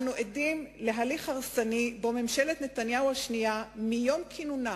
אנו עדים להליך הרסני שבו ממשלת נתניהו השנייה מיום כינונה